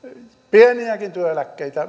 pieniäkin työeläkkeitä